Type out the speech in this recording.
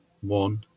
one –